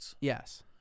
Yes